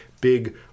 big